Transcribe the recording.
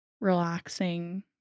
relaxing